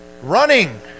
running